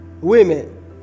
women